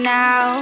now